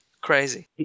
crazy